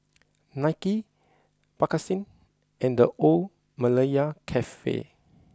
Nike Bakerzin and The Old Malaya Cafe